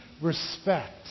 Respect